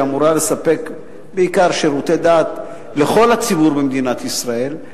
שאמורה לספק בעיקר שירותי דת לכל הציבור במדינת ישראל,